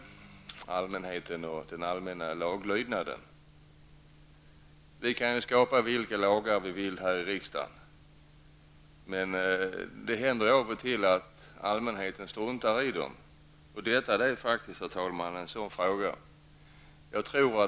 Så några ord om den allmänna laglydnaden. Vi kan stifta vilka lagar vi vill här i riksdagen, men det händer då och då att allmänheten struntar i dem. Det här är faktiskt, herr talman, en sådan fråga.